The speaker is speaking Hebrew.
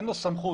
אין לו סמכות,